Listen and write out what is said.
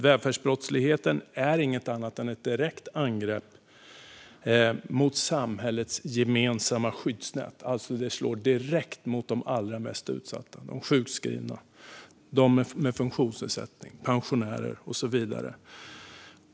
Välfärdsbrottsligheten är inget annat än ett direkt angrepp mot samhällets gemensamma skyddsnät, och det slår direkt mot de allra mest utsatta. Det är min huvudpoäng. Det slår mot de sjukskrivna, dem med funktionsnedsättningar, pensionärer och så vidare.